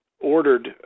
ordered